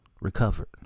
recovered